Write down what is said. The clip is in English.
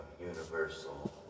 universal